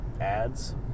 ads